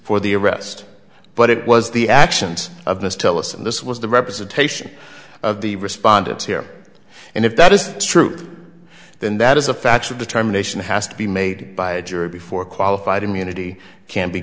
for the arrest but it was the actions of this tell us and this was the representation of the respondents here and if that is true then that is a factual determination has to be made by a jury before qualified immunity can be